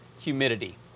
humidity